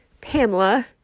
Pamela